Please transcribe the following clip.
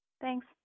Thanks